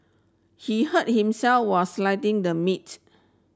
he hurt himself while sliding the meat